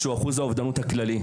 שהוא אחוז האובדנות הכללי.